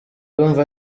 ndumva